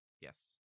Yes